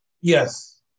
Yes